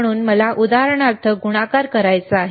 म्हणून मला उदाहरणार्थ गुणाकार करायचा आहे